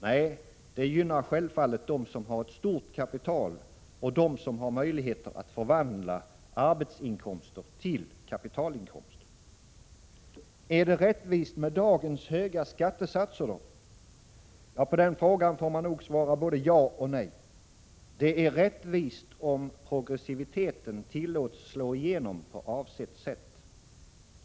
Nej, det gynnar självfallet dem som har ett stort kapital och dem som har möjligheter att förvandla arbetsinkomster till kapitalinkomster. Är det rättvist med dagens höga skattesatser? På den frågan får man nog svara både ja och nej. Det är rättvist om progressiviteten tillåts slå igenom på avsett sätt.